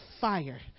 fire